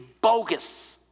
bogus